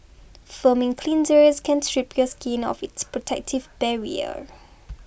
foaming cleansers can strip your skin of its protective barrier